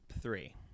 three